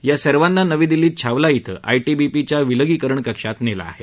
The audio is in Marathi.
या सर्वाना नवी दिल्लीत छावला इथं आयटीबीपीच्या विलगीकरण कक्षात नेलं आहे